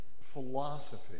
philosophy